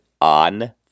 on